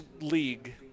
league